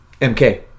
MK